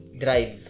drive